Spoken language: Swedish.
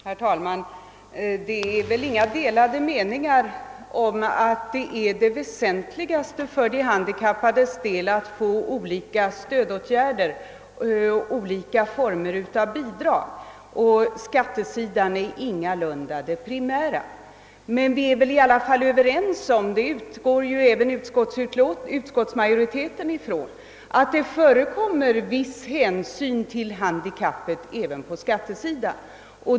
Herr talman! Det råder väl inga delade meningar om att det väsentligaste för de handikappade är att få olika former av bidrag och stöd. Skattesidan är ingalunda det primära. Men vi är väl i alla fall överens om — det utgår även utskottsmajoriteten ifrån — att det förekommer viss hänsyn till handikappet även på skattesidan.